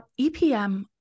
EPM